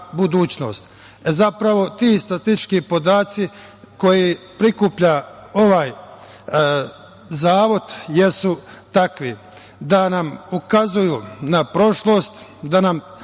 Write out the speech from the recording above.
budućnost. Zapravo, ti statistički podaci koji prikuplja ovaj Zavod jesu takvi da nam ukazuju na prošlost, da nam